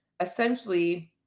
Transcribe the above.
essentially